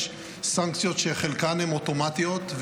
יש סנקציות שחלקן אוטומטיות,